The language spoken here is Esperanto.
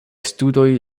studoj